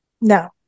No